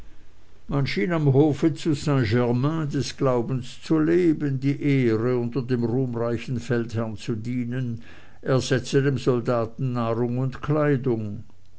man schien am hofe zu st germain des glaubens zu leben die ehre unter dem ruhmreichen feldherrn zu dienen ersetze dem soldaten nahrung und kleidung